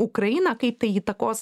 ukrainą kaip tai įtakos